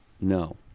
No